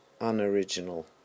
unoriginal